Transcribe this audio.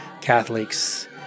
Catholics